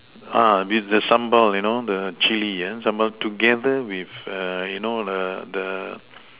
with the sambal you know the Chilli sambal together with the you know the